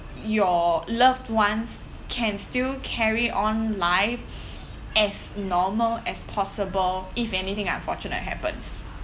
your loved ones can still carry on life as normal as possible if anything unfortunate happens